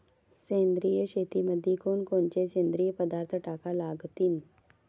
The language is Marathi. सेंद्रिय शेतीमंदी कोनकोनचे सेंद्रिय पदार्थ टाका लागतीन?